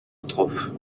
strophes